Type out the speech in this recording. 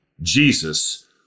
Jesus